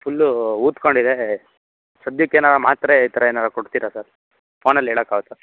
full ಊದ್ಕೊಂಡಿದೆ ಸದ್ಯಕ್ಕೆ ಏನಾದ್ರು ಮಾತ್ರೆ ಈ ಥರ ಏನಾದರೂ ಕೊಡ್ತೀರಾ ಸರ್ ಫೋನಲ್ಲಿ ಹೇಳಕ್ಕಾಗುತ್ತಾ